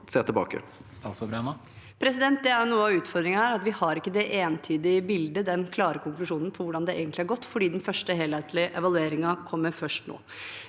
ser tilbake? Statsråd Tonje Brenna Det er noe av ut- fordringen her, at vi ikke har et entydig bilde eller den klare konklusjonen på hvordan det egentlig har gått, for den første helhetlige evalueringen kommer først nå.